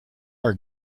are